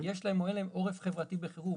יש להם או אין להם עורף חברתי בחירום.